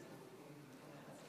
אצביע בעד ההסכם